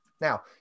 Now